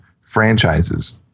franchises